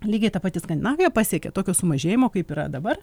lygiai ta pati skandinavija pasiekė tokio sumažėjimo kaip yra dabar